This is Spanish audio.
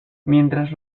mientras